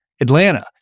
Atlanta